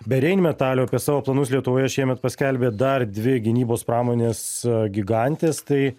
be reinmetalio apie savo planus lietuvoje šiemet paskelbė dar dvi gynybos pramonės gigantės tai